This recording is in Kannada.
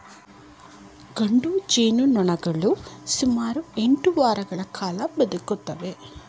ಗಂಡು ಜೇನುನೊಣಗಳು ಸುಮಾರು ಎಂಟು ವಾರಗಳ ಕಾಲ ಬದುಕುತ್ತವೆ